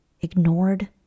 ignored